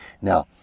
Now